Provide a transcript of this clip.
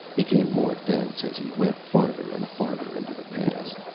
became more dense as he went farther and farther into the pass.